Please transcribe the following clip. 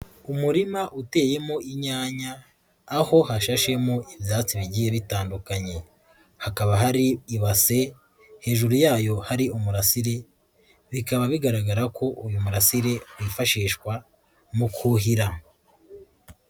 Umurima uteyemo inyanya, aho hashashemo ibyatsi bigiye bitandukanye, hakaba hari ibase, hejuru yayo hari umurasiri, bikaba bigaragara ko uyu murasire wifashishwa mu kuhira.